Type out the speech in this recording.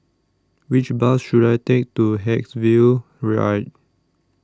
Which Bus should I Take to Haigsville